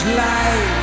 life